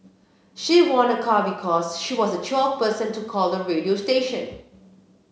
she won a car because she was twelfth person to call the radio station